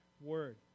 word